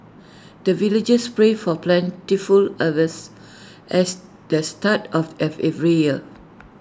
the villagers pray for plentiful harvest as the start of every year